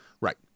Right